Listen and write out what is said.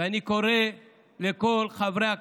ואני קורא לכל חברי הכנסת,